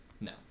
No